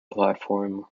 platform